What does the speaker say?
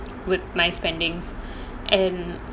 with my spendings and